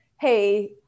Hey